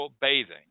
bathing